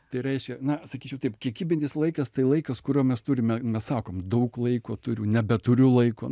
tai reiškia na sakyčiau taip kiekybinis laikas tai laikas kurio mes turime mes sakom daug laiko turiu nebeturiu laiko